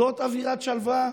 זאת אווירת שלווה?